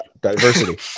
diversity